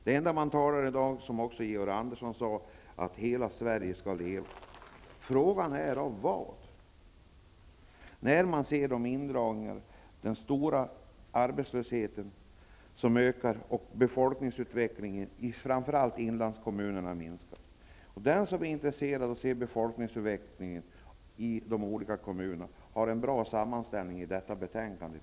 Det enda man talar om i dag, vilket också Georg Andersson nämnde, är att hela Sveige skall leva. Frågan är av vad, när man ser indragningarna, den stora och ökande arbetslösheten samt den avtagande befolkningsutveccklingen, framför allt i inlandskommunerna. Den som är intresserad av att se befolkningsutvecklingen i de olika kommunerna har en bra sammanställning i slutet av detta betänkande.